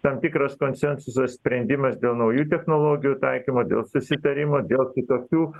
tam tikras konsensusas sprendimas dėl naujų technologijų taikymo dėl susitarimo dėl kitokių